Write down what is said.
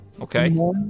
Okay